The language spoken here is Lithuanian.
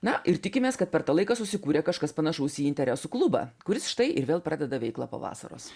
na ir tikimės kad per tą laiką susikūrė kažkas panašaus į interesų klubą kuris štai ir vėl pradeda veiklą po vasaros